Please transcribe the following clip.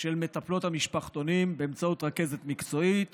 של מטפלות המשפחתונים באמצעות רכזת מקצועית